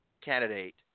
candidate